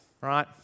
right